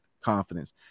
confidence